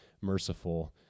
merciful